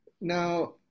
Now